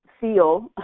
feel